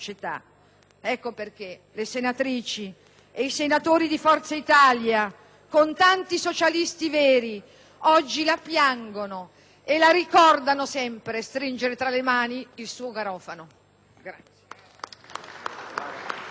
Ecco perché le senatrici e i senatori di Forza Italia, con tanti socialisti veri, oggi la piangono e la ricordano sempre stringere tra le mani il suo garofano.